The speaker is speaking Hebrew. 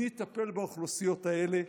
מי יטפל באוכלוסיות האלה?